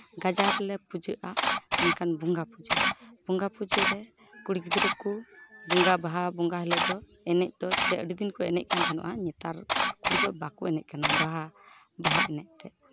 ᱜᱟᱡᱟᱲ ᱨᱮᱞᱮ ᱯᱩᱡᱟᱹᱜᱼᱟ ᱢᱮᱱᱠᱷᱟᱱ ᱵᱚᱸᱜᱟ ᱯᱩᱡᱟᱹ ᱵᱚᱸᱜᱟ ᱯᱩᱡᱟᱹ ᱨᱮ ᱠᱩᱲᱤ ᱜᱤᱫᱽᱨᱟᱹ ᱠᱚ ᱵᱚᱸᱜᱟ ᱵᱟᱦᱟ ᱵᱚᱸᱜᱟ ᱦᱤᱞᱟᱹᱜ ᱫᱚ ᱮᱱᱮᱡ ᱫᱚ ᱮᱱᱛᱮᱫ ᱟᱹᱰᱤ ᱫᱤᱱ ᱠᱚ ᱮᱱᱮᱡ ᱠᱟᱱ ᱛᱟᱦᱮᱱᱚᱜᱼᱟ ᱱᱮᱛᱟᱨ ᱠᱩᱲᱤ ᱫᱚ ᱵᱟᱠᱚ ᱮᱱᱮᱡ ᱠᱟᱱᱟ ᱵᱟᱦᱟ ᱵᱟᱦᱟ ᱮᱱᱮᱡ ᱮᱱᱛᱮᱫ